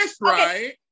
right